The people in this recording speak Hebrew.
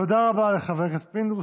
תודה רבה לחבר הכנסת פינדרוס,